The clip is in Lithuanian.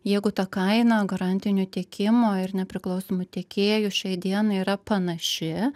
jeigu ta kaina garantinio tiekimo ir nepriklausomų tiekėjų šiai dienai yra panaši